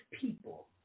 people